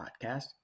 podcast